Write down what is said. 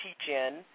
teach-in